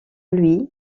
lui